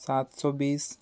सात सौ बीस